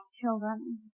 children